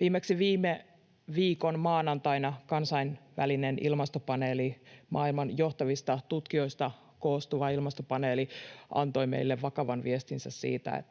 Viimeksi viime viikon maanantaina kansainvälinen ilmastopaneeli, maailman johtavista tutkijoista koostuva ilmastopaneeli, antoi meille vakavan viestinsä siitä,